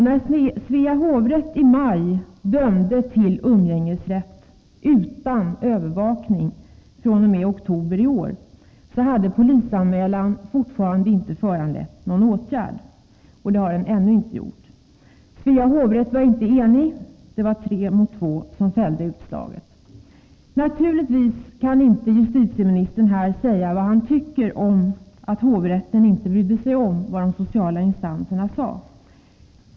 När Svea hovrätt i maj dömde till umgängesrätt utan övervakning fr.o.m. oktober i år, hade polisanmälan fortfarande inte föranlett någon åtgärd, och det har den ännu inte gjort. Svea hovrätt var inte enig; det var tre mot två som fällde utslaget. Naturligtvis kan inte justitieministern här säga vad han tycker om att hovrätten inte brydde sig om vad de sociala instanserna sade.